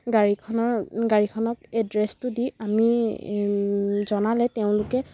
গাড়ীখনৰ গাড়ীখনত এড্ৰেছটো দি আমি জনালে তেওঁলোকে